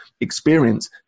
experience